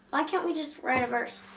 why can't we just write a verse?